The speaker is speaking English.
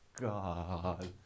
god